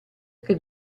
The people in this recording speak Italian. che